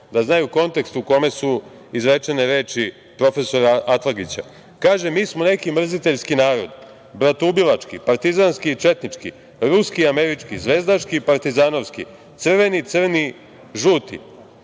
da znaju kontekst u kome su izrečene reči profesora Atlagića. Kaže – mi smo neki mrziteljski narod, bratoubilački, partizanski i četnički, ruski i američki, zvezdaški i partizanovski, crveni, crni, žuti,